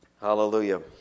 Hallelujah